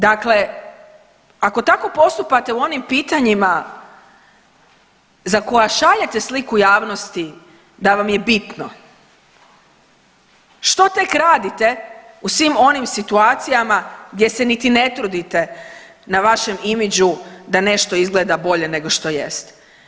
Dakle, ako tako postupate u onim pitanjima za koja šaljete sliku javnosti da vam je bitno, što tek radite u svim onim situacijama gdje se niti ne trudite na vašem imidžu da nešto izgleda bolje nego što jest.